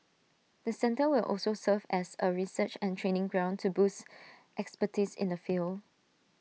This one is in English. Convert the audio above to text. the centre will also serve as A research and training ground to boost expertise in the field